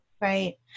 Right